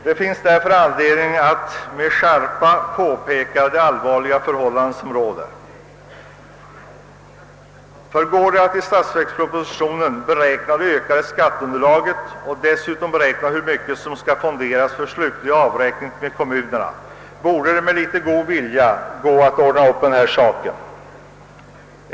Det finns därför anledning att med skärpa påpeka det allvarliga förhållande som råder. Om det går att i statsverkspropositionen beräkna det ökade skatteunderlaget och hur mycket som skall fonderas för slutlig avräkning med kommunerna, borde det väl med litet god vilja gå att ordna upp denna sak.